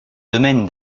domaines